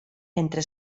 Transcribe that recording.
entre